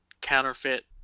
counterfeit